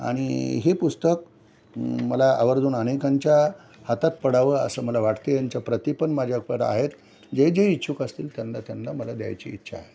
आणि हे पुस्तक मला आवर्जून अनेकांच्या हातात पडावं असं मला वाटते यांच्या प्रती पण माझ्याकडं आहेत जे जे इच्छुक असतील त्यांना त्यांना मला द्यायची इच्छा आहे